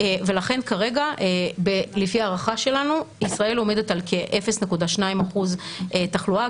ולכן כרגע לפי הערכה שלנו ישראל עומדת על כ-0.2% תחלואה,